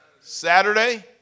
Saturday